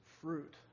fruit